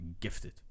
gifted